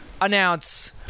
announce